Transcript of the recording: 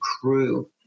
crew